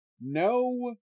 no